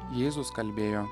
jėzus kalbėjo